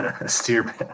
Steer